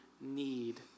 need